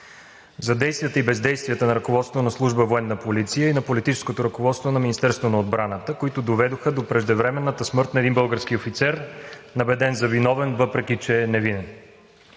за действията и бездействията на ръководството на Служба „Военна полиция“ и на политическото ръководство на Министерството на отбраната, които доведоха до преждевременната смърт на един български офицер, набеден за виновен, въпреки че е невинен.